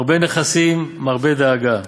מרבה נכסים, מרבה דאגה.